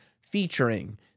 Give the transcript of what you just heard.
featuring